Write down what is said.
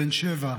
בן שבע,